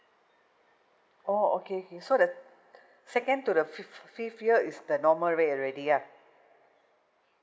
orh okay okay so the second to the fif~ fifth year is the normal rate already ah